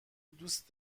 دوست